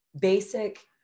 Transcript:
basic